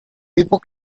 people